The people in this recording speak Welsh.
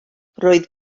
roedd